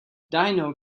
dino